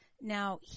Now